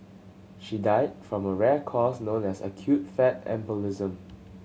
she died from a rare cause known as acute fat embolism